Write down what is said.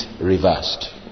reversed